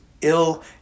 ill